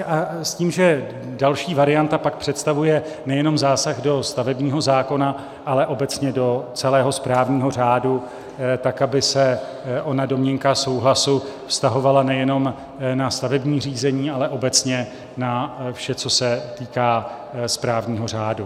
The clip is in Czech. s tím že další varianta pak představuje nejenom zásah do stavebního zákona, ale obecně do celého správního řádu, tak aby se ona domněnka vztahovala nejenom na stavební řízení, ale obecně na vše, co se týká správního řádu.